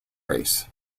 race